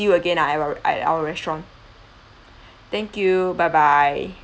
you again ah at at our restaurant thank you bye bye